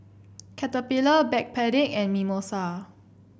Caterpillar Backpedic and Mimosa